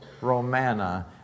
Romana